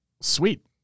Sweet